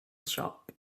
shop